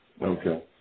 Okay